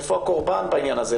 איפה הקורבן בעניין הזה?